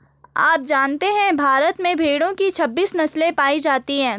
आप जानते है भारत में भेड़ो की छब्बीस नस्ले पायी जाती है